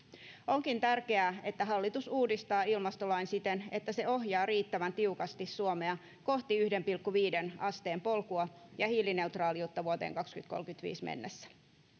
onkin tärkeää että hallitus uudistaa ilmastolain siten että se ohjaa riittävän tiukasti suomea kohti yhteen pilkku viiteen asteen polkua ja hiilineutraaliutta vuoteen kaksituhattakolmekymmentäviisi mennessä